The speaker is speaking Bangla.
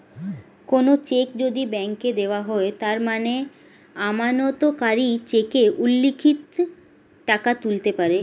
কোনো চেক যদি ব্যাংকে দেওয়া হয় তার মানে আমানতকারী চেকে উল্লিখিত টাকা তুলতে পারে